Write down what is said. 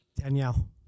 danielle